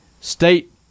State